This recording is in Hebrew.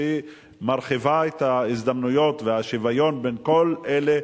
שמרחיבה את ההזדמנויות והשוויון בין כל אלה,